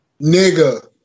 Nigga